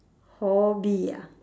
hobby ah